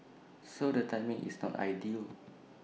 so the timing is not ideal